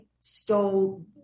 stole